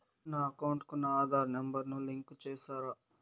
నా అకౌంట్ కు నా ఆధార్ నెంబర్ ను లింకు చేసారా